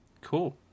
cool